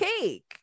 cake